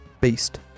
beast